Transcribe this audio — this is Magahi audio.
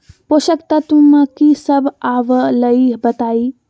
पोषक तत्व म की सब आबलई बताई?